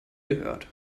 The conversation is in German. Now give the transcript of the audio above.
gehört